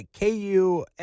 KU